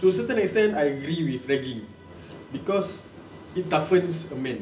to a certain extent I agree with ragging cause it toughens a man